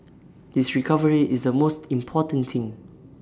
his recovery is the most important thing